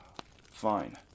Fine